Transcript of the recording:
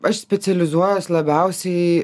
aš specializuojuos labiausiai